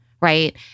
right